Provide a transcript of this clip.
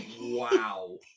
Wow